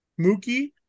Mookie